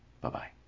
Bye-bye